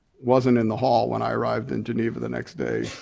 wasn't in the hall when i arrived in geneva the next day.